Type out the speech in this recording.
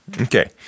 Okay